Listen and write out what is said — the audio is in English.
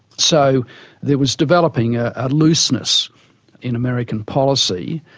so there was developing a looseness in american policy,